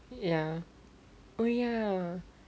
ya oh ya